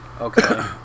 Okay